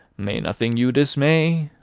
may nothing you dismay!